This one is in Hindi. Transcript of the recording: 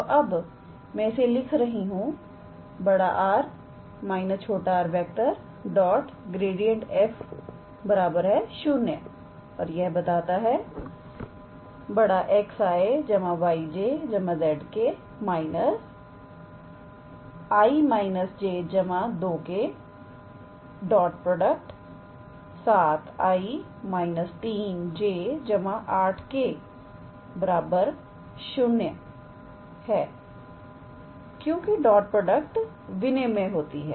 तो अब मैं इसे लिख रही हूं 𝑅⃗ −𝑟⃗ 𝑔𝑟𝑎𝑑𝑓⃗ 0 ⇒ 𝑋𝑖̂ 𝑌𝑗̂ 𝑍𝑘̂ − 𝑖̂− 𝑗̂ 2𝑘̂ 7𝑖̂− 3𝑗̂ 8𝑘̂ 0 के बराबर है क्योंकि डॉट प्रोडक्ट विनिमेय होती है